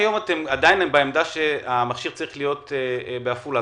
עדיין חושבים שהמכשיר צריך להיות בעפולה,